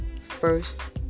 first